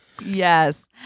Yes